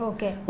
Okay